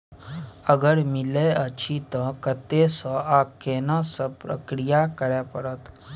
अगर मिलय अछि त कत्ते स आ केना सब प्रक्रिया करय परत?